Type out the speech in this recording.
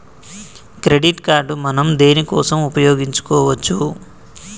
Credit card మనం దేనికోసం ఉపయోగించుకోవచ్చు?